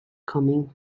coming